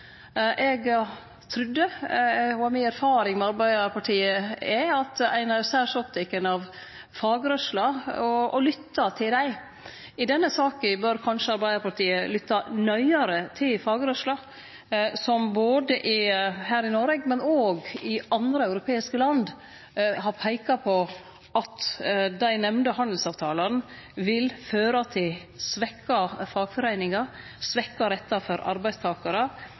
Eg trudde – og det er mi erfaring med Arbeidarpartiet – at ein er særs oppteken av fagrørsla og lyttar til dei. I denne saka bør kanskje Arbeidarpartiet lytte nøyare til fagrørsla, som både her i Noreg og i andre europeiske land har peika på at dei nemnde handelsavtalane vil føre til svekte fagforeiningar, svekte rettar for arbeidstakarar,